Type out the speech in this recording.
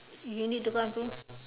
you need go